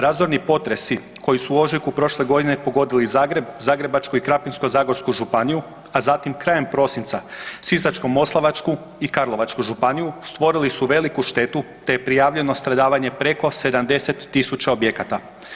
Razorni potresi koji su u ožujku prošle godine pogodili Zagreb, Zagrebačku i Krapinsko-zagorsku županiju, a zatim krajem prosinca Sisačko-moslavačku i Karlovačku županiju stvorili su veliku štetu te je prijavljeno stradavanje preko 70.000 objekata.